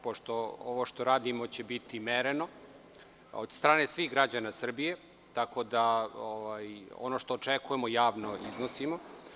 Pošto ovo što radimo će biti mereno od strane svih građana Srbije, tako da ono što očekujemo javno iznosimo.